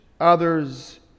other's